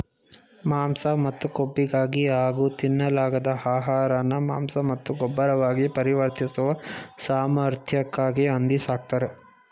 ಮಾಂಸ ಮತ್ತು ಕೊಬ್ಬಿಗಾಗಿ ಹಾಗೂ ತಿನ್ನಲಾಗದ ಆಹಾರನ ಮಾಂಸ ಮತ್ತು ಗೊಬ್ಬರವಾಗಿ ಪರಿವರ್ತಿಸುವ ಸಾಮರ್ಥ್ಯಕ್ಕಾಗಿ ಹಂದಿ ಸಾಕ್ತರೆ